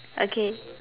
okay